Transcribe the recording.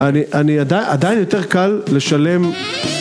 אני עדיין יותר קל לשלם